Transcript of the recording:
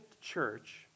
church